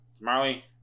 Marley